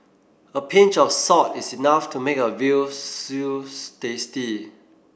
a pinch of salt is enough to make a veal stews tasty